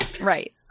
Right